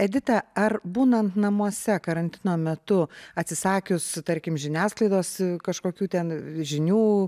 edita ar būnant namuose karantino metu atsisakius tarkim žiniasklaidos kažkokių ten žinių